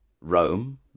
Rome